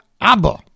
ABBA